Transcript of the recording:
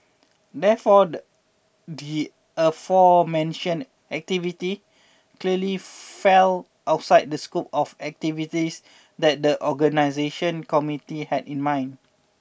therefore the the aforementioned activities clearly fell outside of the scope of activities that the organising committee had in mind